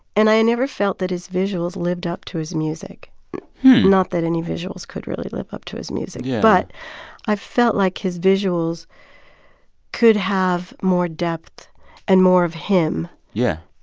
and i never felt that his visuals lived up to his music not that any visuals could really live up to his music. but i felt like his visuals could have more depth and more of him. yeah.